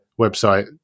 website